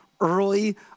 early